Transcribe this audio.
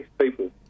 people